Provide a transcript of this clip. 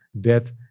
Death